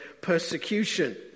persecution